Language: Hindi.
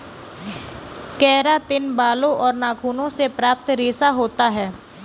केरातिन बालों और नाखूनों से प्राप्त रेशा होता है